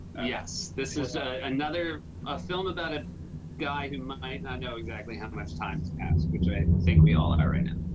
yes. this is another a film about a guy who might not know exactly how much time has passed, which i we all are right now.